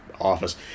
Office